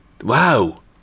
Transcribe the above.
wow